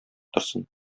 торсын